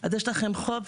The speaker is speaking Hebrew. אז יש לכם חוב